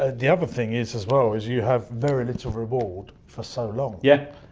ah the other thing is as well, is you have very little reward for so long. yeah